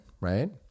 right